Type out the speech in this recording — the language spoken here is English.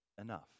enough